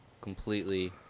completely